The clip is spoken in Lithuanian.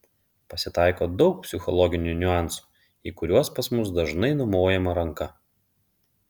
pasitaiko daug psichologinių niuansų į kuriuos pas mus dažnai numojama ranka